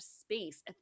space